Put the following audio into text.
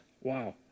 wow